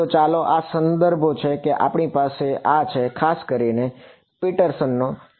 તો ચાલો આ સંદર્ભો છે કે આપણી પાસે આ છે ખાસ કરીને પીટરસનનો chapter